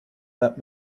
that